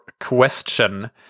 question